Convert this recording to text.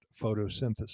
photosynthesis